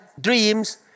dreams